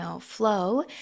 flow